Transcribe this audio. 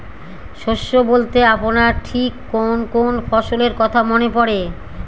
শস্য বলতে আপনার ঠিক কোন কোন ফসলের কথা মনে পড়ে?